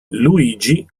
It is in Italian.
luigi